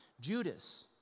Judas